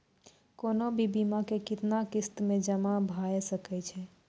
कोनो भी बीमा के कितना किस्त मे जमा भाय सके छै?